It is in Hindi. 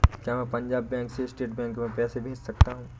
क्या मैं पंजाब बैंक से स्टेट बैंक में पैसे भेज सकता हूँ?